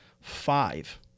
five